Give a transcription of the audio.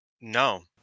No